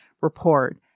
report